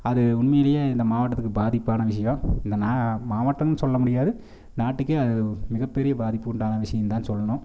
அது உண்மையிலேயே இந்த மாவட்டத்துக்கு பாதிப்பான விஷயம் இதை நான் மாவட்டம்னு சொல்ல முடியாது நாட்டுக்கே அது ஒரு மிகப்பெரிய பாதிப்பு உண்டான ஒரு விஷயம்தான் சொல்லணும்